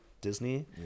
Disney